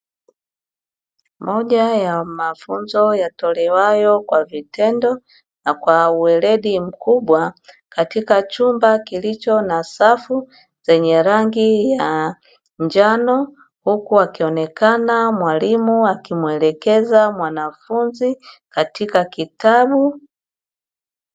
Moja ya mafunzo yatolewayo kwa vitendo na kwa uweledi mkubwa katika chumba kilicho na safu zenye rangi ya njano, huku akionekana mwalimu akimuelekea mwanafunzi katika kitabu.